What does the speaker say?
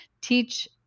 teach